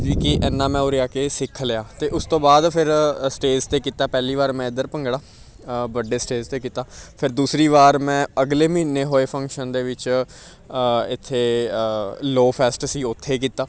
ਜੀ ਕਿ ਇੰਨਾ ਮੈਂ ਉਰੇ ਆ ਕੇ ਸਿੱਖ ਲਿਆ ਅਤੇ ਉਸ ਤੋਂ ਬਾਅਦ ਫਿਰ ਅ ਸਟੇਜ 'ਤੇ ਕੀਤਾ ਪਹਿਲੀ ਵਾਰ ਮੈਂ ਇੱਧਰ ਭੰਗੜਾ ਵੱਡੇ ਸਟੇਜ 'ਤੇ ਕੀਤਾ ਫਿਰ ਦੂਸਰੀ ਵਾਰ ਮੈਂ ਅਗਲੇ ਮਹੀਨੇ ਹੋਏ ਫੰਕਸ਼ਨ ਦੇ ਵਿੱਚ ਇੱਥੇ ਲੋ ਫੈਸਟ ਸੀ ਉੱਥੇ ਕੀਤਾ